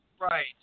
Right